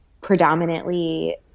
predominantly